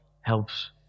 helps